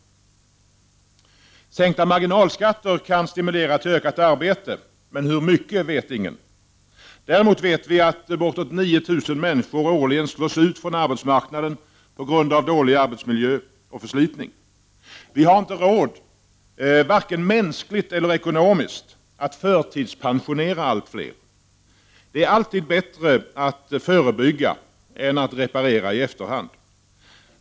Sänkta marginalskatter kan stimulera till ökat arbete, men hur mycket vet ingen. Däremot vet vi att bortåt 9 000 människor årligen slås ut från arbetsmarknaden på grund av dålig arbetsmiljö och förslitning. Vi har inte råd, varken mänskligt eller ekonomiskt, att förtidspensionera allt fler. Det är alltid bättre att förebygga än att reparera i efterhand.